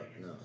no